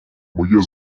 моє